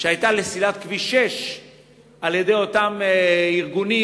שהיתה לסלילת כביש 6 על-ידי אותם ארגונים,